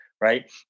right